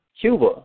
Cuba